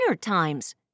times